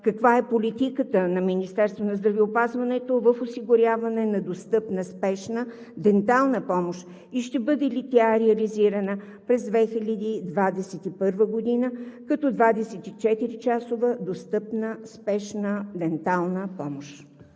здравеопазването за осигуряване на достъпна спешна дентална помощ и ще бъде ли тя реализирана през 2021 г. като 24-часова достъпна спешна дентална помощ?